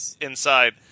inside